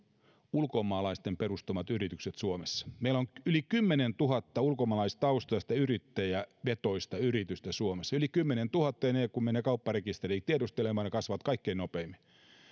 ulkomaalaisten perustamat yritykset suomessa meillä on yli kymmenentuhatta ulkomaalaistaustaista yrittäjävetoista yritystä suomessa yli kymmenentuhatta ja kun menee kaupparekisteriin tiedustelemaan ne kasvavat kaikkein nopeimmin